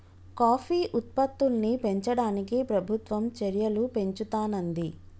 coffee ఉత్పత్తుల్ని పెంచడానికి ప్రభుత్వం చెర్యలు పెంచుతానంది